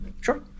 Sure